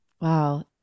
Wow